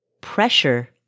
pressure